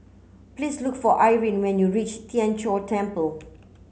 please look for Irene when you reach Tien Chor Temple